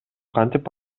кантип